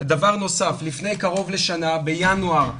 לפני קרוב לשנה, בינואר 2021,